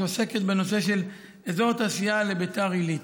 שעוסקת בנושא של אזור תעשייה לביתר עילית.